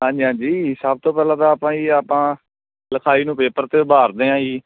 ਹਾਂਜੀ ਹਾਂਜੀ ਸਭ ਤੋਂ ਪਹਿਲਾਂ ਤਾਂ ਆਪਾਂ ਜੀ ਆਪਾਂ ਲਿਖਾਈ ਨੂੰ ਪੇਪਰ 'ਤੇ ਉਭਾਰਦੇ ਹਾਂ ਜੀ